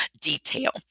detail